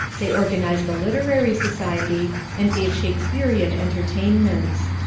they organised a literary society and gave shakespearian entertainments.